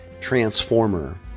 transformer